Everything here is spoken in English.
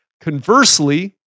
Conversely